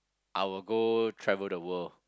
I will go travel the world